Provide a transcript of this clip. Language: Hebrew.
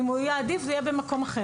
אם הוא יעדיף, זה יהיה במקום אחר.